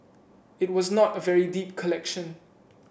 it was not a very deep collection